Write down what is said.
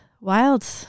Wild